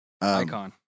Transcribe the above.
Icon